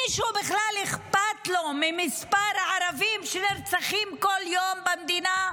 למישהו בכלל אכפת ממספר הערבים שנרצחים כל יום במדינה?